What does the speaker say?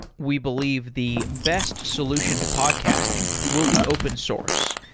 we believe the best solution to podcasting will be open source,